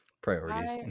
priorities